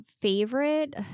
favorite